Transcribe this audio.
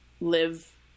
live